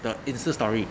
the insta story